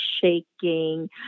shaking